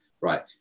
Right